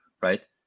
right